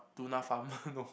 tuna farm